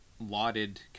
lauded